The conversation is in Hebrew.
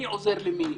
מי עוזר למי,